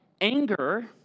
anger